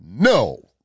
No